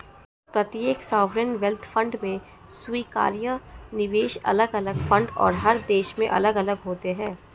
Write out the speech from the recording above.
प्रत्येक sovereign wealth fund में स्वीकार्य निवेश अलग अलग फंड और हर देश में अलग अलग होते हैं